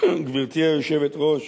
גברתי היושבת-ראש,